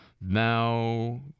Now